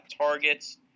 targets